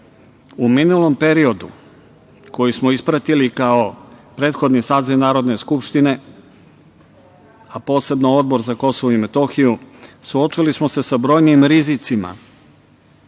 U minulom periodu koji smo ispratili kao prethodni saziv Narodne skupštine, a posebno Odbor za Kosovo i Metohiju suočili smo se sa brojnim rizicima